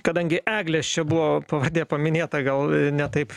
kadangi eglės čia buvo pavardė paminėta gal ne taip